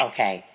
Okay